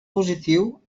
positiu